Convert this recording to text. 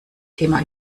thema